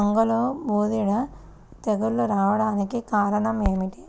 వంగలో బూడిద తెగులు రావడానికి కారణం ఏమిటి?